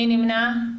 מי נמנע?